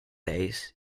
days